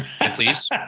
Please